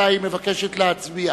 מתי היא מבקשת להצביע.